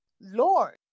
Lord